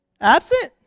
Absent